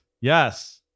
yes